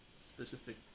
specific